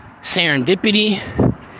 Serendipity